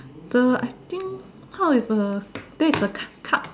the I think how if a that is a cu~ cup